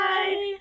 Bye